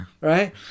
Right